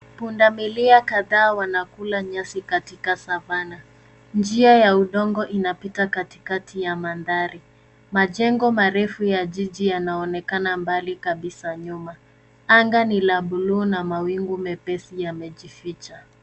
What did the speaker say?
Pundamilia kadhaa wanakula nyasi katika savanna . Njia ya udongo inapita katikati ya mandhari, majengo marefu ya jiji yanaonekana mbali kabisa nyuma. Anga ni la buluu, na mawingu mepesi yamejificha.